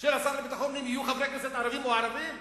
של השר לביטחון פנים יהיו חברי כנסת ערבים או ערבים?